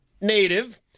Native